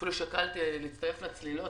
אפילו שקלתי להצטרף לצלילות,